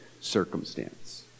circumstance